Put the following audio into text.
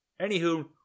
anywho